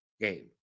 game